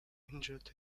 injured